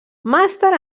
màster